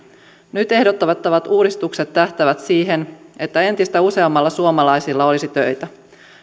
nyt ehdotettavat uudistukset tähtäävät siihen että entistä useammilla suomalaisilla olisi töitä